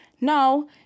Now